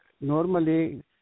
normally